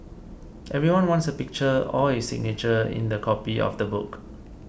everyone wants a picture or his signature in their copy of the book